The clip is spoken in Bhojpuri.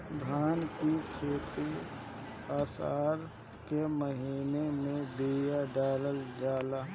धान की खेती आसार के महीना में बिया डालल जाला?